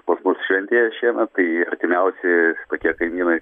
pas mus šventėje šiemet tai artimiausi tokie kaimynai